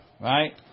right